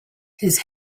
his